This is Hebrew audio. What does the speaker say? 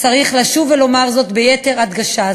צריך לשוב ולומר זאת ביתר הדגשה,